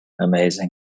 Amazing